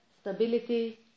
stability